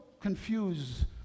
confuse